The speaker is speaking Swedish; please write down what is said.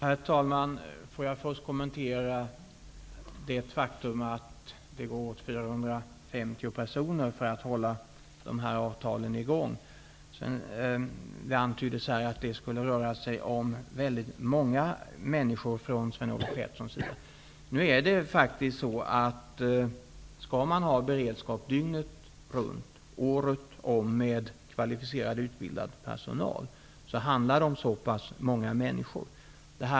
Herr talman! Jag vill först kommentera det faktum att det går åt 450 personer för att uppfylla dessa avtal. Sven-Olof Petersson antydde att det skulle röra sig om väldigt många människor. Om man skall ha beredskap dygnet runt, året om med kvalificerad utbildad personal, handlar det om så pass många människor.